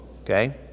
Okay